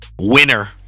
winner